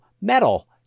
metal